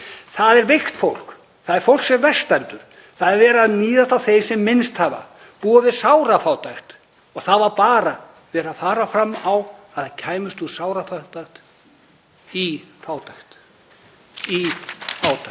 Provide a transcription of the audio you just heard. Það er veikt fólk. Það er fólk sem verst stendur. Það er verið að níðast á þeim sem minnst hafa, búa við sárafátækt, og það var bara verið að fara fram á að þeir kæmust úr sárafátækt í fátækt. Vill